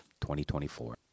2024